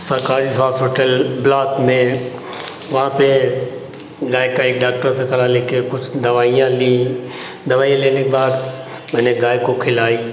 सरकारी hospital block में वहां पे गाय का एक डाक्टर से सलाह लेके कुछ दवाइयां ली दवाइयां लेने के बाद पहले गाय को खिलाई